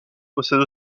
possède